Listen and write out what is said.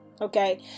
Okay